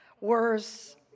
worse